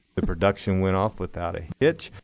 the production went off without a hitch.